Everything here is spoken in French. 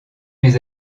mes